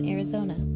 Arizona